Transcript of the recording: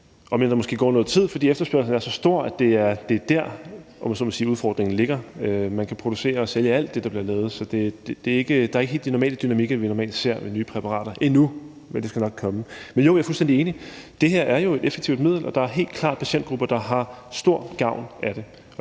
om end der måske går noget tid, fordi efterspørgslen er så stor, og det er der, hvor udfordringen ligger, om man så må sige. Man kan producere og sælge alt det, der bliver lavet, så der er ikke helt de normale dynamikker, vi normalt ser ved nye præparater, endnu, men det skal nok komme. Men jo, jeg er fuldstændig enig. Det her er jo et effektivt middel, og der er helt klart patientgrupper, der har stor gavn af det,